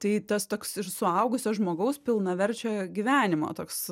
tai tas toks ir suaugusio žmogaus pilnaverčio gyvenimo toks